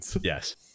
Yes